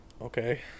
okay